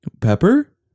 Pepper